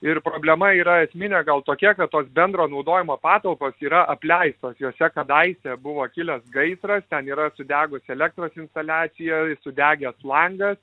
ir problema yra esminė gal tokia kad tos bendro naudojimo patalpos yra apleistos jose kadaise buvo kilęs gaisras ten yra sudegus elektros instaliacija sudegęs langas